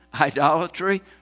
idolatry